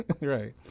right